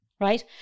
right